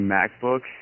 MacBook